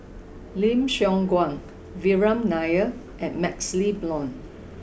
Lim Siong Guan Vikram Nair and Maxle Blond